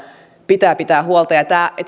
pitää pitää huolta ja tämä